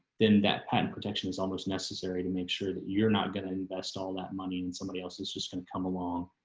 then that patent protection is almost necessary to make sure that you're not going to invest all that money in somebody else's just going to come along.